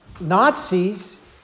Nazis